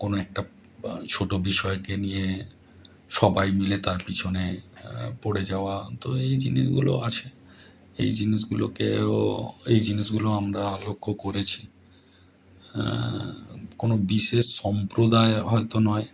কোনো একটা ছোট বিষয়কে নিয়ে সবাই মিলে তার পিছনে পড়ে যাওয়া তো এই জিনিসগুলো আছে এই জিনিসগুলোকেও এই জিনিসগুলো আমরা লক্ষ্য করেছি কোনো বিশেষ সম্প্রদায় হয়তো নয়